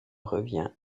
revient